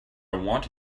want